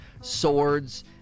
swords